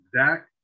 Zach